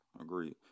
Agreed